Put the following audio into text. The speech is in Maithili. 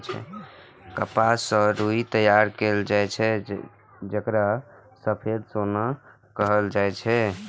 कपास सं रुई तैयार कैल जाए छै, जेकरा सफेद सोना कहल जाए छै